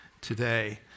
today